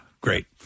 great